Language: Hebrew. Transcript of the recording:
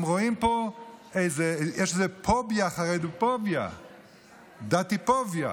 יש איזה פוביה, חרדופוביה, דתיפוביה.